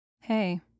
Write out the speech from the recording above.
Hey